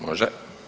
Može.